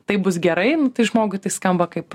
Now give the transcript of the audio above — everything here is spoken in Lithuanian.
taip bus gerai nu tai žmogui tai skamba kaip